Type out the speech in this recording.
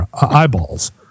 eyeballs